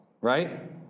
right